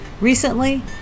Recently